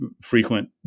frequent